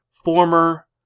former